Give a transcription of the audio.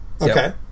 Okay